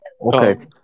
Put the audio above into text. Okay